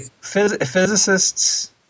Physicists